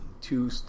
two